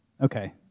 Okay